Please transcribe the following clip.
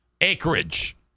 acreage